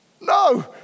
No